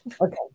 Okay